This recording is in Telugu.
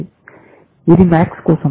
ఇది MAX కోసం